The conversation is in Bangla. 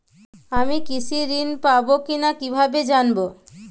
আমি কৃষি ঋণ পাবো কি না কিভাবে জানবো?